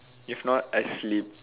if not I sleep